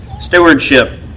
Stewardship